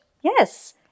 yes